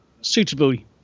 suitably